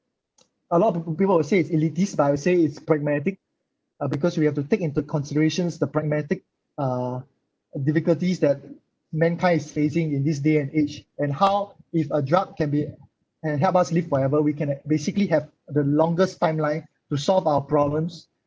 a lot of people people would say it's elitist but I would say it's pragmatic uh because we have to take into considerations the pragmatic uh difficulties that mankind is facing in this day and age and how if a drug can be and help us live forever we can basically have the longest timeline to solve our problems